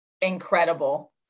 incredible